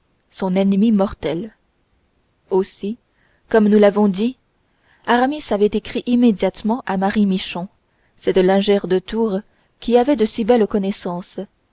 son ennemie mortelle aussi comme nous l'avons dit aramis avait écrit immédiatement à marie michon cette lingère de tours qui avait de si belles connaissances